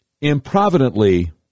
improvidently